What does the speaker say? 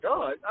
God